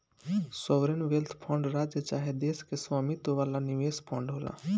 sovereign wealth fund राज्य चाहे देश के स्वामित्व वाला निवेश फंड होला